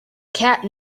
cat